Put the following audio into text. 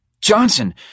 Johnson